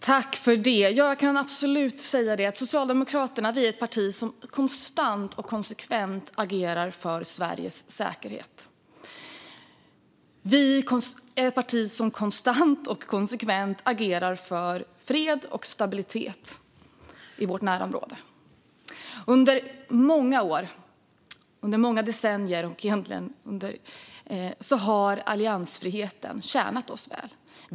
Herr talman! Jag kan absolut säga att Socialdemokraterna är ett parti som konstant och konsekvent agerar för Sveriges säkerhet. Vi är ett parti som konstant och konsekvent agerar för fred och stabilitet i vårt närområde. Under många år, under många decennier, har alliansfriheten tjänat oss väl.